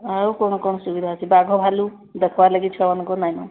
ଆଉ କ'ଣ କ'ଣ ସୁବିଧା ଅଛି ବାଘ ଭାଲୁ ଦେଖବା ଲାଗି ଛୁଆମାନଙ୍କୁ ନାହିଁନା